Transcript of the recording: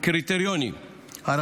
5. אמאן,